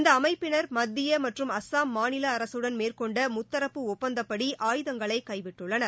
இந்த அமைப்பினர் மத்திய மற்றும் அஸ்ஸாம் மாநில அரசுடன் மேற்கொண்ட முத்தரப்பு ஒப்பந்தப்படி ஆயுதங்களை கைவிட்டுள்ளன